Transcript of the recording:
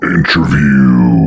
Interview